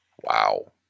Wow